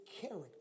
character